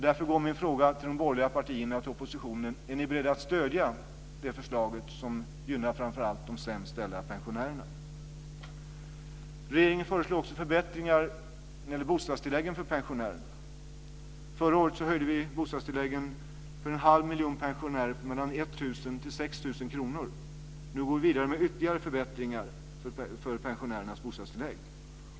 Därför går min fråga till de borgerliga partierna, till oppositionen: Är ni beredda att stödja detta förslag, som gynnar framför allt de sämst ställda pensionärerna? Regeringen föreslår också förbättringar när det gäller bostadstilläggen för pensionärerna. Förra året höjde vi bostadstilläggen för en halv miljon pensionärer mellan 1 000 och 6 000 kr. Nu går vi vidare med ytterligare förbättringar för pensionärernas bostadstillägg.